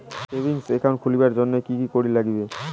Savings account খুলির জন্যে কি কি করির নাগিবে?